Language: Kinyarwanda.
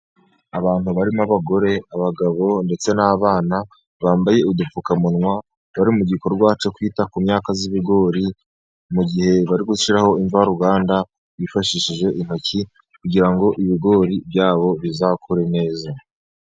Abantu barimo abagore ,abagabo ndetse n'abana bambaye udupfukamunwa, bari mu gikorwa cyo kwita ku myaka y'ibigori, mu gihe bari gushyiraho imvaruganda bifashishije intoki, kugira ngo ibigori byabo bizakure neza.